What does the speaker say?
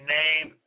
name